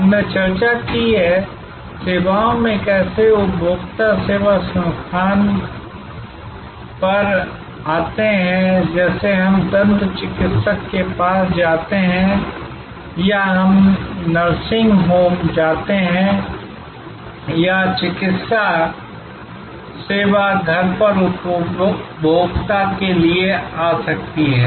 हमने चर्चा की है कि सेवाओं में कैसे उपभोक्ता सेवा स्थान पर आते हैं जैसे हम दंत चिकित्सक के पास जाते हैं या हम नर्सिंग होम जाते हैं या चिकित्सा सेवा घर पर उपभोक्ता के लिए आ सकती है